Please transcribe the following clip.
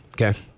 Okay